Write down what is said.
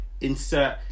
insert